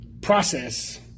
process